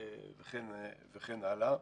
וכן הלאה.